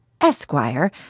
Esquire